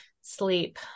sleep